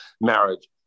marriage